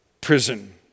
prison